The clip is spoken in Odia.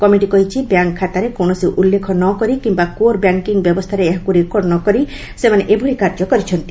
କମିଟି କହିଛି ବ୍ୟାଙ୍କ୍ ଖାତାରେ କୌଣସି ଉଲ୍ଲେଖ ନ କରି କିମ୍ବା କୋର୍ ବ୍ୟାଙ୍କିଙ୍ଗ୍ ବ୍ୟବସ୍ଥାରେ ଏହାକୁ ରେକର୍ଡ଼ ନ କରି ସେମାନେ ଏହିଭଳି କାର୍ଯ୍ୟ କରିଛନ୍ତି